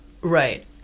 right